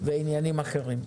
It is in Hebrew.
ועניינים אחרים.